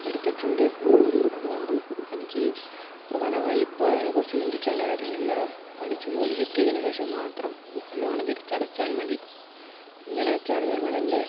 എടുത്തിട്ടുണ്ട് അതുകൊണ്ട് എനിക്ക് ഈ പ്രധാനമായും ഇപ്പോൾ അതിനെക്കുറിച്ച് ചിന്തിക്കേണ്ട കാര്യമില്ല പഠിച്ച് ജോലി കിട്ടിയതിന് ശേഷം മാത്രം ആ ലോൺ തിരിച്ചടച്ചാൽ മതി ഇങ്ങനെയൊക്കെയാണ് ഞങ്ങളെൻ്റെ